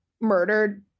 murdered